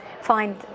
find